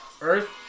Earth